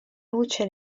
luce